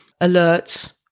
alerts